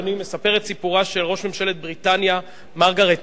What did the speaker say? מספר את סיפורה של ראש ממשלת בריטניה מרגרט תאצ'ר.